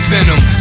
Venom